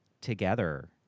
together